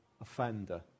offender